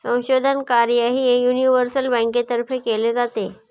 संशोधन कार्यही युनिव्हर्सल बँकेतर्फे केले जाते